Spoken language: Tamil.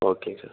ஓகேங்க சார்